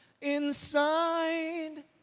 inside